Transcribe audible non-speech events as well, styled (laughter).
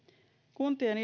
kuntien (unintelligible)